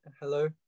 Hello